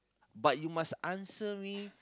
but you must answer me